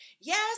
Yes